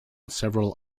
several